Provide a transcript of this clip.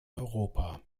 europa